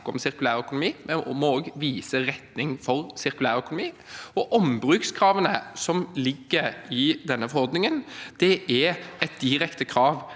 om sirkulærøkonomi. Vi må også vise retning for sirkulærøkonomi. Ombrukskravene som ligger i denne forordningen, er et direkte krav